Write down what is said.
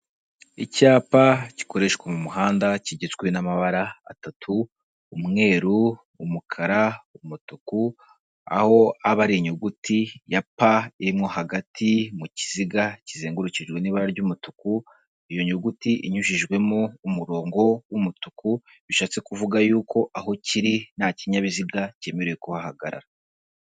Icyapa gikoreshwa mu muhanda kigizwe n'amabara atatu, umweru, umukara, umutuku aho aba ari inyuguti ya pa irimo hagati mu kiziga kizengurukijwe n'ibara ry'umutuku, iyo nyuguti inyujijwemo umurongo w'umutuku bishatse kuvuga yuko aho kiri nta kinyabiziga cyemerewe kuhagarara.